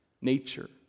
nature